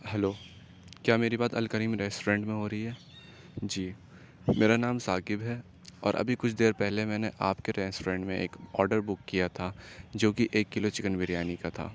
hello کیا میری بات الکریم ریسٹورنٹ میں ہو رہی ہے جی میرا نام ثاقب ہے اور ابھی کچھ دیر پہلے میں نے آپ کے ریسٹورنٹ میں ایک آڈر بک کیا تھا جو کہ ایک کلو چکن بریانی کا تھا